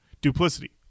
duplicity